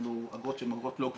אלה אגרות שהן לא גבוהות.